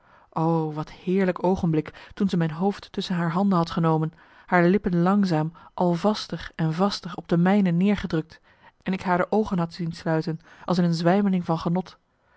wat heerlijk oogenblik toen ze mijn hoofd tusschen haar handen had genomen haar lippen langzaam al vaster en vaster op de mijne neergedrukt en ik haar de oogen had zien sluiten als in een zwijmeling van genot